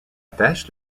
pêche